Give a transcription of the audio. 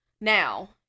Now